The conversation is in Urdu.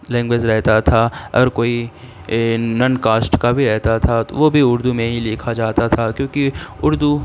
لینگویج رہتا تھا اگر کوئی نن کاسٹ کا بھی رہتا تھا وہ بھی اردو میں ہی لکھا جاتا تھا کیونکہ اردو